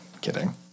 kidding